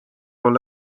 pool